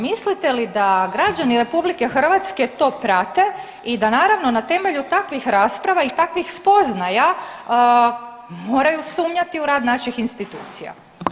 Mislite li da građani RH to prate i da naravno na temelju takvih rasprava i takvih spoznaja moraju sumnjati u rada naših institucija.